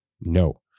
no